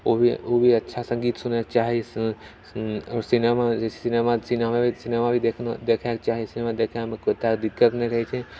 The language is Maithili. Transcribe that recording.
ओ ओ भी अच्छा सङ्गीत सुनैके चाही सिनेमा सिनेमा सिनेमा सिनेमा भी देखना देखय के चाही सिनेमा देखैमे कोइ तरहके दिक्कत नहि रहैत छै